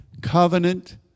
covenant